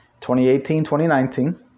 2018-2019